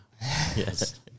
yes